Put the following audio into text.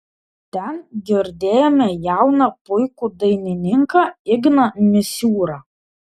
ten girdėjome jauną puikų dainininką igną misiūrą